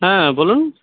হ্যাঁ বলুন